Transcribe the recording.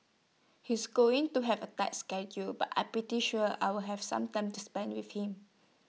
he's going to have A tight schedule but I'm pretty sure I'll have some time to spend with him